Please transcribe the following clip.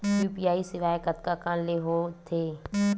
UPI सेवाएं कतका कान ले हो थे?